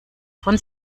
von